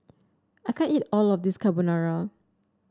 I can't eat all of this Carbonara